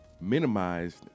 minimized